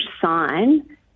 sign